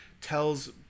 tells